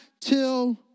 till